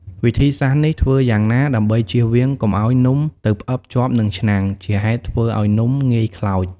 វិធីសាស្រ្តនេះធ្វើយ៉ាងណា ដើម្បីចៀសវាងកុំឱ្យនំ ទៅផ្អឹបជាប់នឹងឆ្នាំង ជាហេតុធ្វើឱ្យនំងាយខ្លោច។